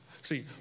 See